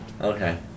Okay